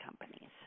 companies